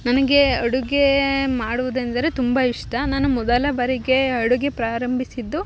ನನಗೆ ಅಡುಗೆ ಮಾಡುವುದೆಂದರೆ ತುಂಬ ಇಷ್ಟ ನಾನು ಮೊದಲ ಬಾರಿಗೆ ಅಡುಗೆ ಪ್ರಾರಂಭಿಸಿದ್ದು